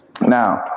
now